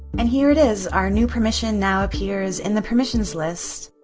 and here it is, our new permission now appears in the permissions list.